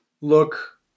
look